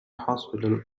hospital